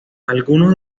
algunos